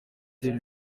itera